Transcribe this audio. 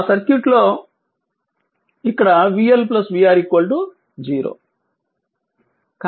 ఆ సర్క్యూట్లో ఇక్కడ v L vR 0